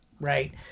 right